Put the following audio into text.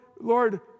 Lord